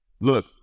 Look